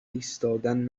ایستادن